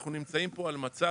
אנחנו נמצאים פה על מצב,